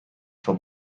for